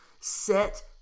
set